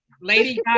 Lady